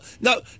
no